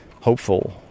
hopeful